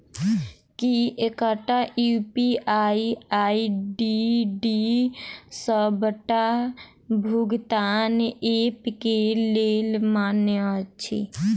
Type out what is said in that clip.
की एकटा UPI ID D सबटा भुगतान ऐप केँ लेल मान्य अछि?